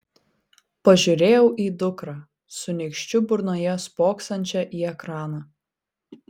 pažiūrėjau į dukrą su nykščiu burnoje spoksančią į ekraną